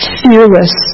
fearless